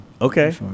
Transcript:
Okay